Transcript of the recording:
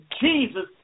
Jesus